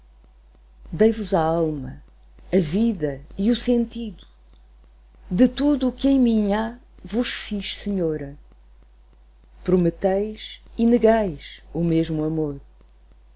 dei vos a alma a vida e o sentido de tudo o que em mim há vos fiz s enhora prometeis e negais o mesmo amor